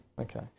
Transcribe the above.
Okay